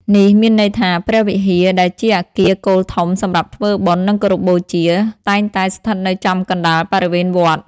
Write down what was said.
នេះមានន័យថា ព្រះវិហារ ដែលជាអគារគោលធំសម្រាប់ធ្វើបុណ្យ និងគោរពបូជា តែងតែស្ថិតនៅចំកណ្តាលបរិវេណវត្ត។